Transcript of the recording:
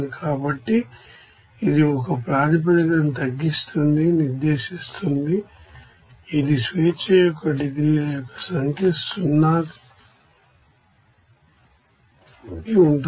కాబట్టి ఇది ఒక ప్రాతిపదికను తగ్గిస్తుందని నిర్దేశిస్తుంది ఇది డిగ్రీస్ అఫ్ ఫ్రీడమ్ సంఖ్య 0 కి ఉంటుంది